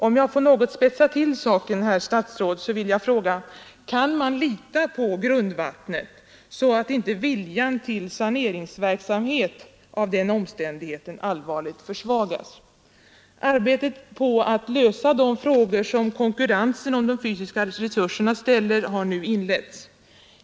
Om jag får spetsa till saken något, herr statsråd, så vill jag fråga: Kan man lita på grundvattnet, så att inte viljan till saneringsverksamhet av den omständigheten allvarligt försvagas? Arbetet på att lösa de frågor som konkurrensen om de fysiska resurserna ställer har nu inletts.